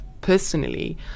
personally